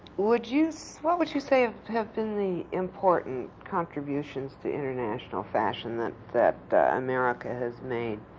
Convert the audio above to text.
would you so what would you say have been the important contributions to international fashion that that america has made,